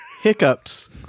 Hiccups